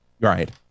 Right